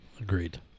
Agreed